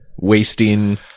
wasting